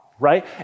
Right